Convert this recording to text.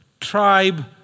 tribe